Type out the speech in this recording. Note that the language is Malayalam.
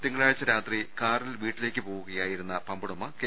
തിങ്കളാഴ്ച രാത്രി കാറിൽ വീട്ടിലേക്ക് പോകുകയായി രുന്ന പമ്പുടമ കെ